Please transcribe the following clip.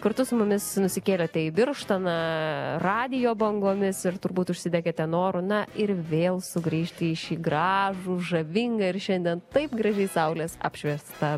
kartu su mumis nusikėlėte į birštoną radijo bangomis ir turbūt užsidegėte noru na ir vėl sugrįžti į šį gražų žavingą ir šiandien taip gražiai saulės apšviestą